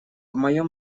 моем